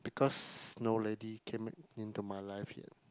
because no lady came in into my life yet